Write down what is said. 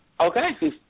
Okay